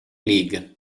league